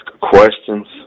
questions